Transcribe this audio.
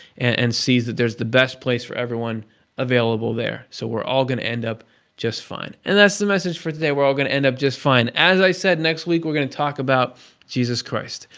and sees that there's the best place for everyone available there. so we're all going to end up just fine. and that's the message for today, that we're all going to end up just fine. as i said, next week we're going to talk about jesus christ.